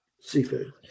seafood